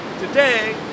today